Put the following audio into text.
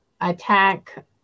attack